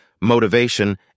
motivation